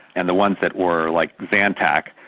and the ones that were like zantac,